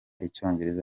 icyongereza